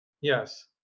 Yes